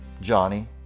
Johnny